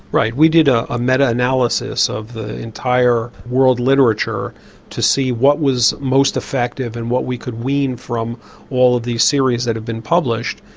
right we did ah a meta analysis of the entire world literature to see what was most effective and what we could wean from all of these series that have been published.